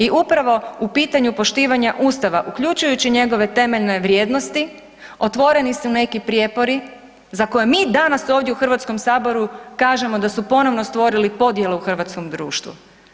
I upravo u pitanju poštivanja Ustava uključujući njegove temeljene vrijednosti, otvoreni su neki prijepori za koje mi danas ovdje u Hrvatskom saboru kažemo da su ponovno stvorili podjelu u Hrvatskom društvu.